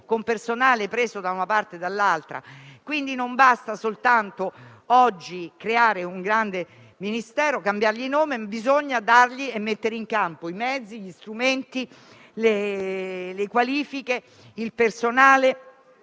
con personale preso da una parte e dall'altra. Oggi non basta soltanto creare un grande Ministero e cambiargli nome, ma bisogna anche dargli e mettere in campo i mezzi, gli strumenti, le qualifiche e il personale